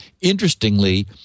interestingly